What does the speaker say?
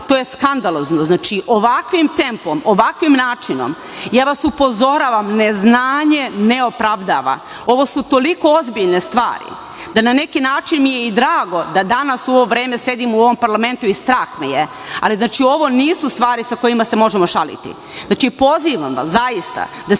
To je skandalozno. Znači, ovakvim tempom, ovakvim načinom ja vas upozoravam neznanje ne opravdava. Ovo su toliko ozbiljne stvari da na neki način mi je i drago da danas u ovo vreme sedim u ovom parlamentu i strah me je, ali znači, ovo nisu stvari sa kojima se možemo šaliti. Znači, pozivam vas zaista, da se